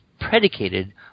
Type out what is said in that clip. predicated